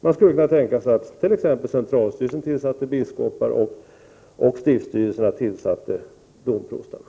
Man skulle kunna tänka sig att centralstyrelsen tillsatte biskoparna och stiftsstyrelsen tillsatte domprostarna.